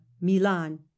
Milan